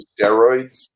Steroids